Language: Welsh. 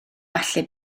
falle